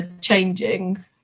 changing